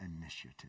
initiative